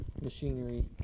machinery